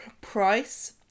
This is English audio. Price